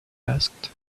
asked